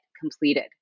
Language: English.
completed